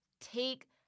take